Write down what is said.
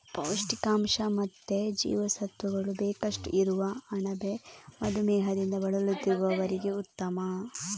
ಪೌಷ್ಟಿಕಾಂಶ ಮತ್ತೆ ಜೀವಸತ್ವಗಳು ಬೇಕಷ್ಟು ಇರುವ ಅಣಬೆ ಮಧುಮೇಹದಿಂದ ಬಳಲುತ್ತಿರುವವರಿಗೂ ಉತ್ತಮ